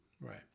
Right